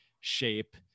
shape